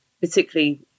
particularly